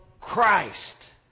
Christ